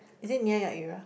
is it near your area